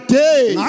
day